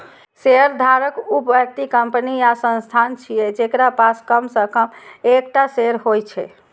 शेयरधारक ऊ व्यक्ति, कंपनी या संस्थान छियै, जेकरा पास कम सं कम एकटा शेयर होइ छै